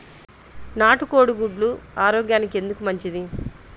నాటు కోడి గుడ్లు ఆరోగ్యానికి ఎందుకు మంచిది?